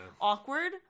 awkward